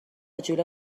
جولی